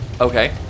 okay